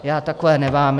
Já takové nemám.